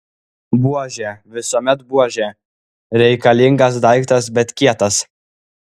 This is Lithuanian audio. buožė visuomet buožė reikalingas daiktas bet kietas